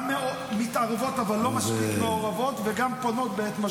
גם מתערבות אבל לא מספיק מעורבות וגם פונות בעת משבר בכל פעם מחדש.